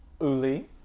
uli